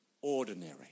ordinary